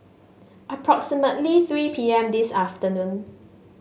approximately three P M this afternoon